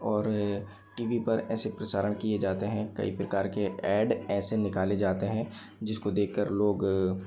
और TV पर ऐसे प्रसारण किए जाते हैं कई प्रकार के ऐड ऐसे निकाले जाते हैं जिसको देखकर लोग